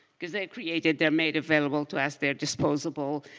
because they're created, they're made available to us, they're disposable.